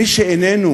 מי שאיננו